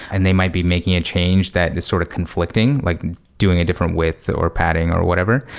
and they might be making a change that is sort of conflicting, like doing a different width, or padding, or whatever.